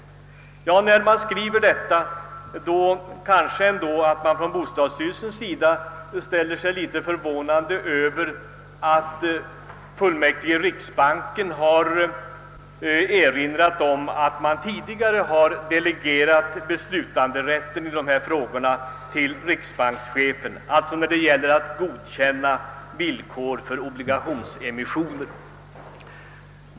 Bostadsstyrelsen är kanske litet förvånad över att fullmäktige i riksbanken erinrar om att man tidigare till riksbankschefen delegerat beslutanderätten i fråga om vill koren för obligationsemissioner.